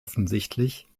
offensichtlich